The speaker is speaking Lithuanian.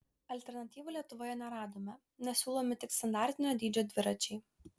alternatyvų lietuvoje neradome nes siūlomi tik standartinio dydžio dviračiai